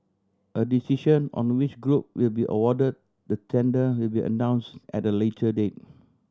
a decision on which group will be awarded the tender will be announced at a later date